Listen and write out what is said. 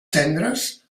cendres